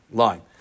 line